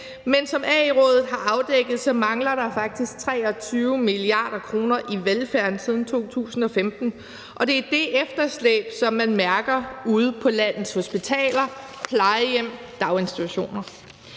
Erhvervsråd har afdækket, mangler der er faktisk 23 mia. kr. i velfærden siden 2015, og det er det efterslæb, som man mærker ude på landets hospitaler, plejehjem og daginstitutioner.